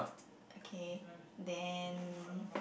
okay then